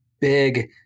big